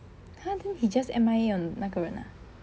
!huh! then he just M_I_A on 那个人 ah